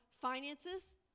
finances